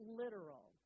literal